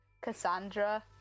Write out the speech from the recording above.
Cassandra